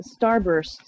starbursts